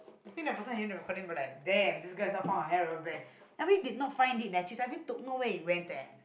i think the person hearing this recording be like damn this girl has not found her hair rubber band I really did not find it eh I really don't know where it went eh